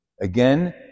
Again